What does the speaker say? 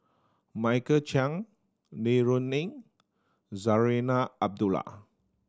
Michael Chiang Li Rulin Zarinah Abdullah